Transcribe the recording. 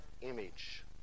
image